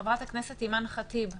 חברת הכנסת אימאן ח'טיב יאסין,